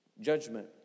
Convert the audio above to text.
judgment